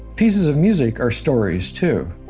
pieces of music are stories, too.